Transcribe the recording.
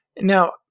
Now